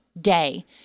day